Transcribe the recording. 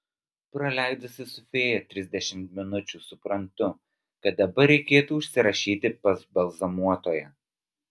praleidusi su fėja trisdešimt minučių suprantu kad dabar reikėtų užsirašyti pas balzamuotoją